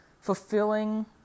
fulfilling